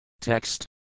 Text